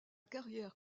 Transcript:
carrière